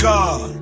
God